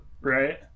right